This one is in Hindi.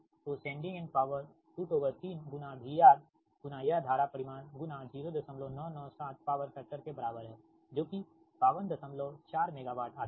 तो सेंडिंग एंड पॉवर 3 VRगुणा यह धारा परिमाण गुणा 0997 पॉवर फैक्टर के बराबर है जो कि 524 मेगावाट आती है